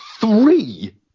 three